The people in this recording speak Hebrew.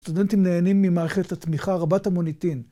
סטודנטים נהנים ממערכת התמיכה רבת המוניטין